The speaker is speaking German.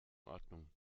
ordnung